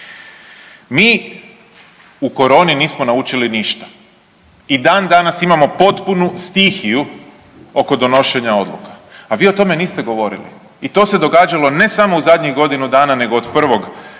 Mi u koroni nismo naučili ništa i dan danas imamo potpunu stihiju oko donošenja odluka. A vi o tome niste govorili. I to se događalo ne samo u zadnjih godinu dana nego od prvog